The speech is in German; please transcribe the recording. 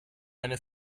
eine